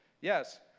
Yes